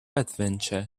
adventure